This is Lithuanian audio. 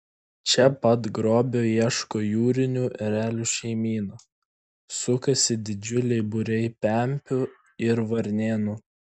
čia pat grobio ieško jūrinių erelių šeimyna sukasi didžiuliai būriai pempių ir varnėnų